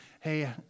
hey